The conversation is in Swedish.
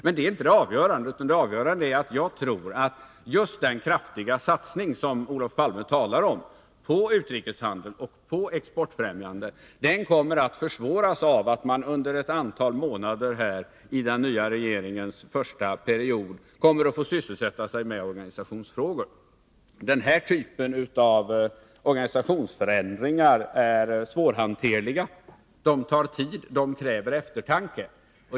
Men det är inte det avgörande, utan det avgörande är att jag tror att just den kraftiga satsning på utrikeshandeln och på exportfrämjande åtgärder som Olof Palme talar om kommer att försvåras av att man under ett antal månader av den nya regeringens första period kommer att få sysselsätta sig med organisationsfrågor. Denna typ av organisationsförändringar är svårhanterlig. Förändringarna tar tid. De kräver eftertanke.